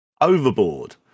Overboard